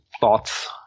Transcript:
thoughts